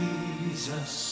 Jesus